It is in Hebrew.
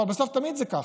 אבל בסוף תמיד זה ככה.